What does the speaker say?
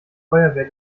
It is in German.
feuerwehr